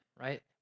right